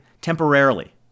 temporarily